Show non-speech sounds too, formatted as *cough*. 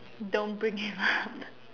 don't bring it up *laughs*